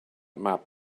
map